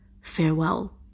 Farewell